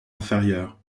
inférieure